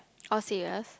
oh serious